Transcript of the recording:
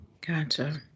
Gotcha